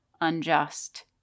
unjust